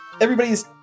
everybody's